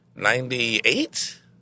Ninety-eight